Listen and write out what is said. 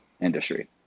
industry